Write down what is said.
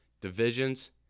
divisions